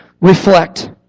Reflect